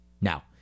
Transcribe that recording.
Now